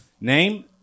name